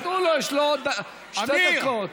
תנו לו, יש לו עוד שתי דקות.